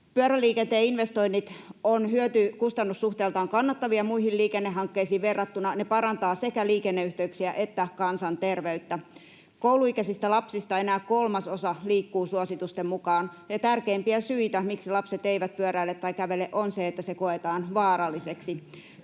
Pyöräliikenteen investoinnit ovat hyöty—kustannus-suhteeltaan kannattavia muihin liikennehankkeisiin verrattuna. Ne parantavat sekä liikenneyhteyksiä että kansanterveyttä. Kouluikäisistä lapsista enää kolmasosa liikkuu suositusten mukaan. Ja tärkeimpiä syitä, miksi lapset eivät pyöräile tai kävele, on se, että se koetaan vaaralliseksi.